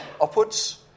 upwards